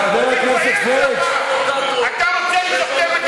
חבר הכנסת פריג', נא לשבת.